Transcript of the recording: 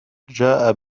جاء